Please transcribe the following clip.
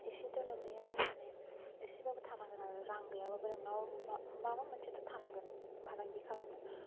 एसेथ' नोंनिआव एसेब्लाबो थानांगोन आरो रां गैयाब्लाबो नोंनाव माबा मोनसेथ' थानांगोन फालांगि खालामनो